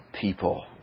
people